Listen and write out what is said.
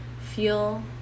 Feel